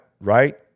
Right